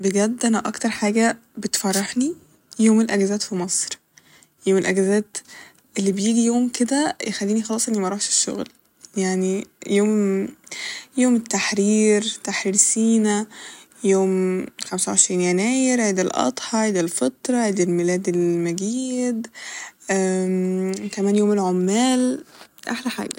بجد أنا أكتر حاجة بتفرحني يوم الأجازات ف مصر يوم الأجازات اللي بيجي يوم كده يخليني خلاص اني مروحش الشغل يعني يوم يوم تحرير تحرير سينا يوم خمسة وعشرين يناير عيد الأضحى عيد الفطر عيد الميلاد ال- مجيد كمان يوم العمال ، احلى حاجة